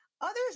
Others